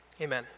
Amen